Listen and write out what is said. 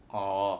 orh